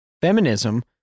feminism